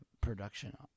production